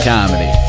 Comedy